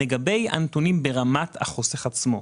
לגבי הנתונים ברמת החוסך עצמו,